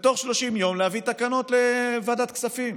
ותוך 30 יום להביא תקנות לוועדת הכספים.